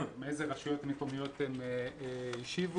מאיזה רשויות מקומיות השיבו.